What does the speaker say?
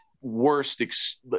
worst